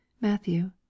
Matthew